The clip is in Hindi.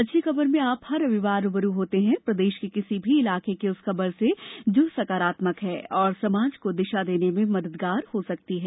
अच्छी खबर में आप हर रविवार रू ब रू होते हैं प्रदेश के किसी भी इलाके की उस खबर से जो सकारात्मक है और समाज को दिशा देने में मददगार हो सकती है